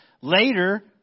later